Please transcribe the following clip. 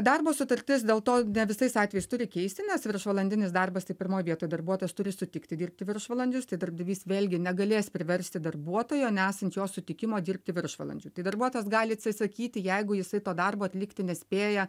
darbo sutartis dėl to ne visais atvejais turi keisti nes viršvalandinis darbas tai pirmoj vietoj darbuotojas turi sutikti dirbti viršvalandžius tai darbdavys vėlgi negalės priversti darbuotojo nesant jo sutikimo dirbti viršvalandžių tai darbuotojas gali atsisakyti jeigu jisai to darbo atlikti nespėja